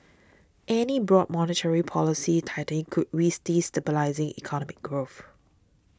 any broad monetary policy tightening could risk destabilising economic growth